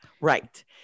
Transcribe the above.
Right